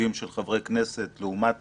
סוגים של חברי כנסת לעומת